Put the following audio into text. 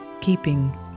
keeping